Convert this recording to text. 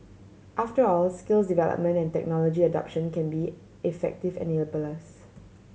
after all skills development and technology adoption can be effective enablers